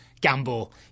gamble